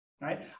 Right